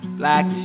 black